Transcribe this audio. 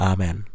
Amen